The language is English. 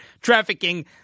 trafficking